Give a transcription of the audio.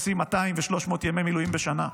עושים 200 ו-300 ימי מילואים בשנה.